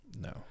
No